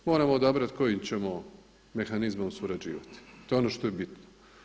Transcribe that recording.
Moramo odabrati kojim ćemo mehanizmom surađivati, to je ono što je bitno.